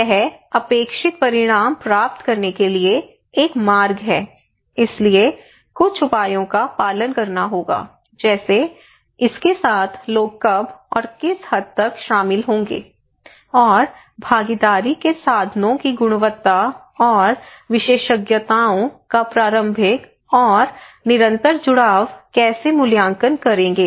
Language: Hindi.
यह अपेक्षित परिणाम प्राप्त करने के लिए एक मार्ग है इसलिए कुछ उपायों का पालन करना होगा जैसे इसके साथ लोग कब और किस हद तक शामिल होंगे और भागीदारी के साधनों की गुणवत्ता और विशेषताओं का प्रारंभिक और निरंतर जुड़ाव कैसे मूल्यांकन करेंगे